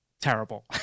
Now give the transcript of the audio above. terrible